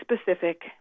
specific